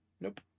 Nope